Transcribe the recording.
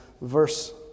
verse